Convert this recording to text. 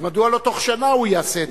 אז מדוע שלא בתוך שנה הוא יעשה את זה?